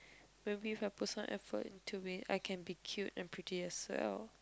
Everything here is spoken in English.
maybe if i put some effort into it I can be cute and pretty as well